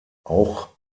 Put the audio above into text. auch